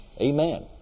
Amen